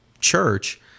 church